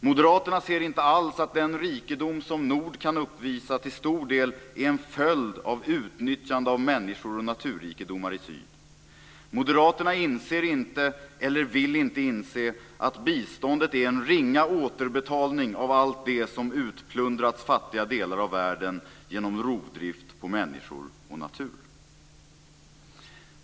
Moderaterna ser inte alls att den rikedom som nord kan uppvisa till stor del är en följd av utnyttjande av människor och naturrikedomar i syd. Moderaterna inser inte, eller vill inte inse, att biståndet är en ringa återbetalning av allt det som utplundrats fattiga delar av världen genom rovdrift på människor och natur.